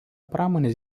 pramonės